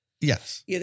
Yes